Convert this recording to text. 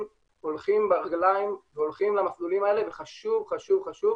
מצביעים ברגליים והולכים למסלולים האלה וחשוב חשוב חשוב